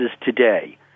today